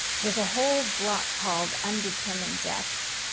there's a whole block called undetermined deaths.